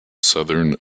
southern